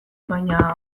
baina